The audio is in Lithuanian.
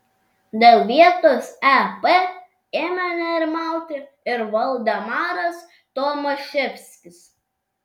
dėl vietos ep ėmė nerimauti ir valdemaras tomaševskis